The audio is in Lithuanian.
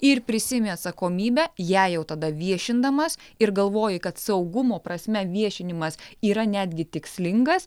ir prisiimi atsakomybę ją jau tada viešindamas ir galvoji kad saugumo prasme viešinimas yra netgi tikslingas